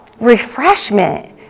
refreshment